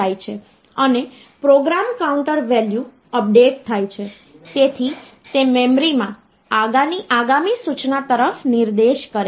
તેથી જો હું ભાગાંકનો ભાગ અને બાકીનો ભાગ નોંધું તો આ 361 છે અને આ 1 છે તો આ 361 ને જો આપણે ફરીથી 2 વડે ભાગીશું તો આપણે જોઈશું કે તેનું મૂલ્ય શું હોય છે